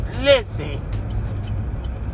Listen